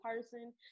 person